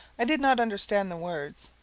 i did not understand the words,